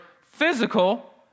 physical